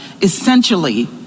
essentially